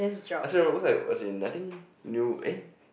I sit rollercoaster I was in I think new eh